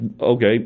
okay